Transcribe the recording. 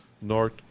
North